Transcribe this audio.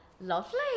lovely